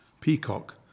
peacock